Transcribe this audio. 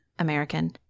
American